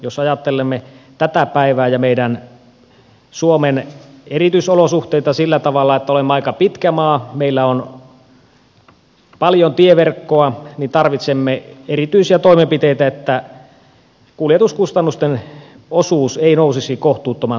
jos ajattelemme tätä päivää ja suomen erityisolosuhteita sillä tavalla että olemme aika pitkä maa meillä on paljon tieverkkoa niin tarvitsemme erityisiä toimenpiteitä että kuljetuskustannusten osuus ei nousisi kohtuuttoman suureksi